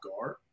guard